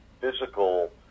physical